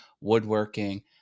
woodworking